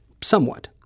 somewhat